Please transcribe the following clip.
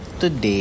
today